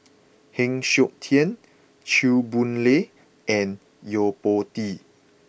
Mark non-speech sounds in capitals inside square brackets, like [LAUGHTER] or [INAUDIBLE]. [NOISE] Heng Siok Tian Chew Boon Lay and Yo Po Tee